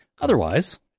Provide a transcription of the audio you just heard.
Otherwise